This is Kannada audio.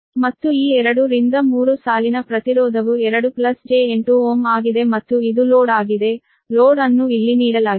ಮತ್ತು ಈ 2 ರಿಂದ 3 ಸಾಲಿನ ಪ್ರತಿರೋಧವು 2 j8Ω ಆಗಿದೆ ಮತ್ತು ಇದು ಲೋಡ್ ಆಗಿದೆ ಲೋಡ್ ಅನ್ನು ಇಲ್ಲಿ ನೀಡಲಾಗಿದೆ